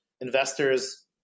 investors